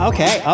Okay